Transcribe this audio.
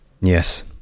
yes